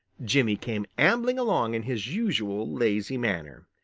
jimmy came ambling along in his usual lazy manner.